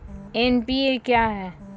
NPA क्या हैं?